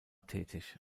tätig